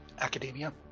academia